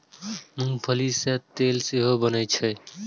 मूंंगफली सं तेल सेहो बनाएल जाइ छै